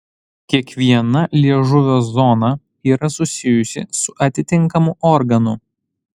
kiekviena liežuvio zona yra susijusi su atitinkamu organu